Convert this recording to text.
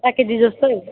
आधा केजी जस्तो